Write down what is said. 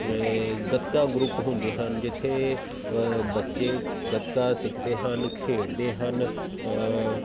gatka group ਹੁੰਦੇ ਹਨ ਜਿੱਥੇ ਬੱਚੇ ਗੱਤਕਾ ਸਿੱਖਦੇ ਹਨ ਖੇਡਦੇ ਹਨ